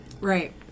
right